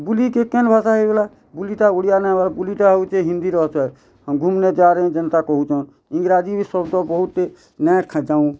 ବୁଲିକେ କେନ୍ ଭାଷା ହେଇଗଲା ବୁଲିଟା ଓଡ଼ିଆ ନାଇଁ ହେବାର୍ ବୁଲିଟା ହେଉଛେ ହିନ୍ଦୀର ସେ ଘୁମନେ ଜା ରହେହେଁ ଯେନ୍ତା କହୁଛନ୍ ଇଂରାଜୀ ବି ଶଦ୍ଦ ବହୁତ୍ ଟେ ମେଁ ଖା ଯାଉଁ